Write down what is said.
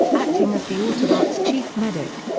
acting as the autobots' chief medic.